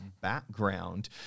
background